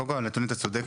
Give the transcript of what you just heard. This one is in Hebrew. אתה צודק,